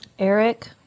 Eric